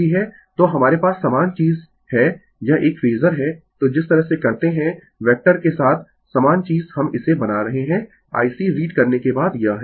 तो हमारे पास समान चीज है यह एक फेजर है तो जिस तरह से करते है वैक्टर के साथ समान चीज हम इसे बना रहे है IC रीड करने के बाद यह है